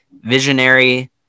visionary